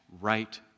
right